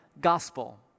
gospel